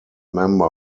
member